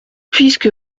puisque